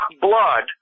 blood